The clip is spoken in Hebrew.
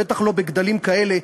בטח לא בגדלים כאלה,